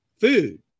food